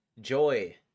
joy